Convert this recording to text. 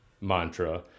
mantra